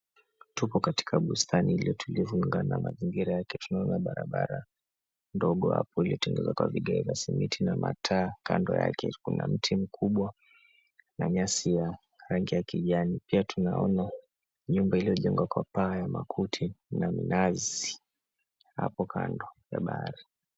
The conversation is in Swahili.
Tupo katika bustani iliyo tulivu anga na mazingira yake tunaona barabara ndogo apo iliyotengenezwa kwa vigae vya simiti na mataa kando yake kuna mti mkubwa na nyasi ya rangi ya kijani pia tunaona nyumba iliyojengwa kwa paa ya makuti na minazi apo kando ya bahari.